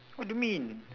what you mean